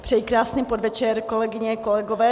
Přeji krásný podvečer, kolegyně, kolegové.